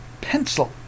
pencil